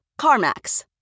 CarMax